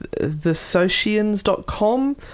thesocians.com